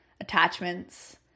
attachments